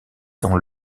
dans